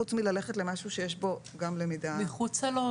מחוצה לו,